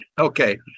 Okay